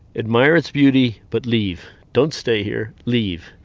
admire its beauty but leave, don't stay here. leave.